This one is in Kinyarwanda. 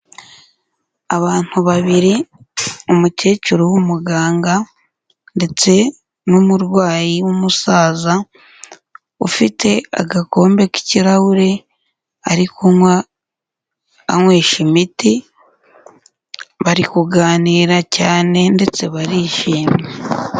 Abantu babiri, umukecuru w'umuganga ndetse n'umurwayi w'umusaza, ufite agakombe k'ikirahure, ari kunywa, anywesha imiti, bari kuganira cyane ndetse barishimye.